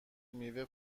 میوه